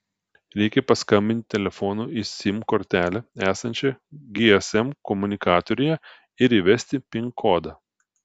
reikia paskambinti telefonu į sim kortelę esančią gsm komunikatoriuje ir įvesti pin kodą